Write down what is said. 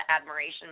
admiration